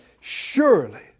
surely